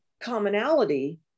commonality